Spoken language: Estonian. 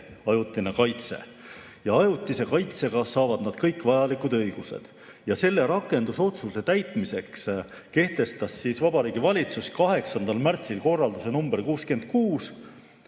ajutine kaitse. Ajutise kaitsega saavad nad kõik vajalikud õigused. Ja selle rakendusotsuse täitmiseks kehtestas Vabariigi Valitsus 8. märtsil korralduse nr 66: